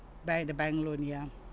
bank the bank loan ya